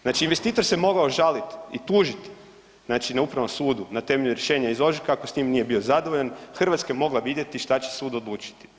Znači investitor se mogao žaliti, tužiti na Upravom sudu na temelju rješenja iz ožujka ako s njim nije bio zadovoljan, Hrvatska je mogla vidjeti šta će sud odlučiti.